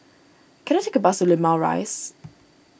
can I take a bus to Limau Rise